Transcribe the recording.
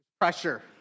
Pressure